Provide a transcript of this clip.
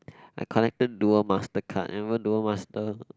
I collected duel master card remember duel master